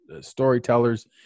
storytellers